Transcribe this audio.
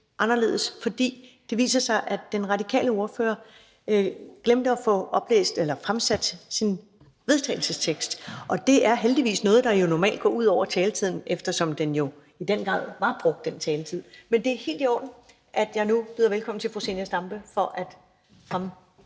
for det viser sig, at den radikale ordfører glemte at få oplæst sin vedtagelsestekst. Det er noget, der jo normalt går ud over taletiden, eftersom den i den grad var brugt. Men det er helt i orden, at jeg nu byder velkommen til fru Zenia Stampe for at fremsætte